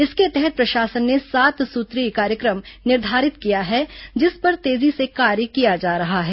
इसके तहत प्रशासन ने सात सुत्रीय कार्यक्रम निर्धारित किया है जिस पर तेजी से कार्य किया जा रहा है